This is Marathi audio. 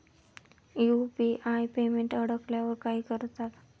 यु.पी.आय पेमेंट अडकल्यावर काय करतात?